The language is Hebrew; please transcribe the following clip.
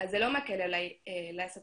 אז זה לא מקל עליי לעשות